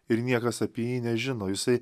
ir niekas apie jį nežino jisai